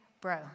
bro